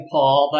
Paul